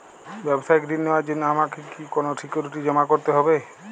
ব্যাবসায়িক ঋণ নেওয়ার জন্য আমাকে কি কোনো সিকিউরিটি জমা করতে হবে?